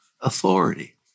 authority